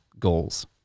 goals